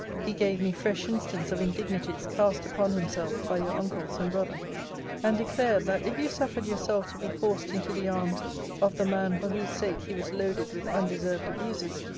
he gave me fresh instance of indignities cast upon himself by your uncles and brother and declared, that if you suffered yourself to be forced into the arms of the man for whose sake he was loaded with undeserved abuses,